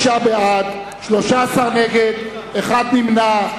45 בעד, 13 נגד, נמנע אחד.